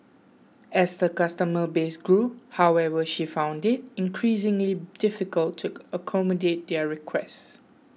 as her customer base grew however she found it increasingly difficult to accommodate their requests